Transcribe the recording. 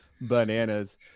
bananas